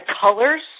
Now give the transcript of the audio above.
colors